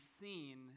seen